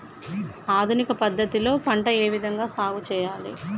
ఆధునిక పద్ధతి లో పంట ఏ విధంగా సాగు చేయాలి?